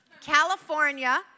California